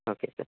okay sir